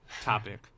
topic